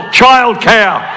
childcare